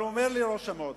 אבל אומר לי ראש המועצה: